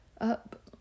up